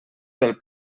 del